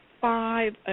five